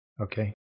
Okay